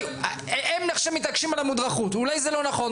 הם מתעקשים על המודרכות, אולי זה לא נכון?